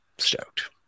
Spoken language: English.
stoked